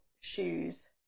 shoes